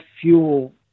fuel